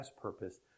purpose